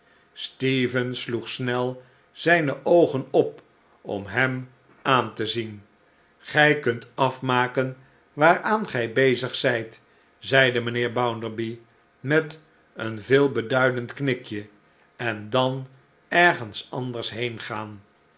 stephen sloeg snel zijne oogen op om hem aan te zien gij kunt afmaken waaraan gij bezig zijt zeide mijnheer bounderby met een veelbeduidend knikje en dan ergens anders